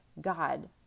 God